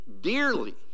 dearly